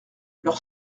leur